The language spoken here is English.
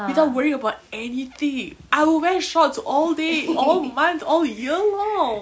without worrying about anything I would wear shorts all day all month all year long